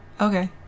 Okay